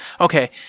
okay